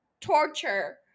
torture